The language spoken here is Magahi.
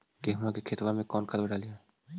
गेहुआ के खेतवा में कौन खदबा डालिए?